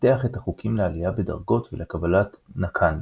פיתח את החוקים לעלייה בדרגות ולקבלת נק"ן.